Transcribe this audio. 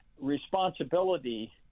responsibility